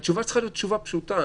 התשובה צריכה להיות תשובה פשוטה,